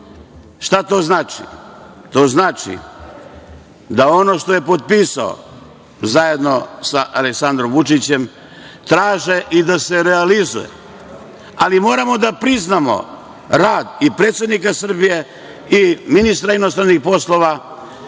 Šta to znači? To znači da ono što je potpisao, zajedno sa Aleksandrom Vučićem, traže i da se realizuje. Ali, moramo da priznamo rad i predsednika Srbije i ministra inostranih poslova